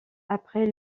après